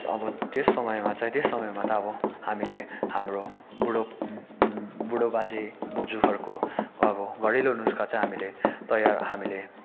अब त्यस समयमा चाहिँ त्यस समयमा त अब हामीले हाम्रो बुढो बुढो बाजे बोजूहरूको अब घरेलु नुस्खा चाहिँ हामीले तयार हामीले